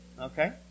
Okay